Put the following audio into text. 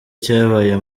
cyabaye